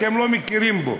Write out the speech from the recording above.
אתם לא מכירים בהם.